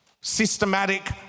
systematic